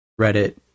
Reddit